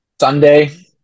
Sunday